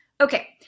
Okay